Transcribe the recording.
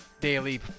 daily